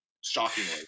Shockingly